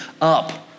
up